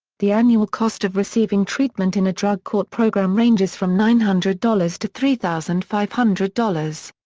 the annual cost of receiving treatment in a drug court program ranges from nine hundred dollars to three thousand five hundred dollars.